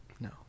No